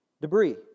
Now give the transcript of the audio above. debris